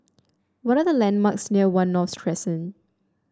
what are the landmarks near One North Crescent